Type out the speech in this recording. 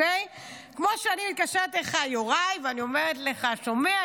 כמו שאני מתקשרת אליך, יוראי, ואני אומר לך: שומע?